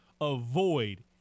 avoid